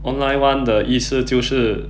online [one] 的意思就是